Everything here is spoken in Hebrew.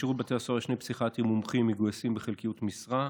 בשירות בתי הסוהר יש שני פסיכיאטרים מומחים המגויסים בחלקיות משרה.